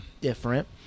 Different